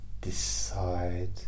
decide